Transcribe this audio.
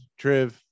triv